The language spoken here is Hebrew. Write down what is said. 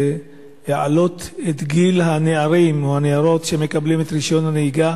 להעלות את גיל הנערים או הנערות שמקבלים את רשיון הנהיגה